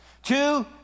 Two